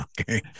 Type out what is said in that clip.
okay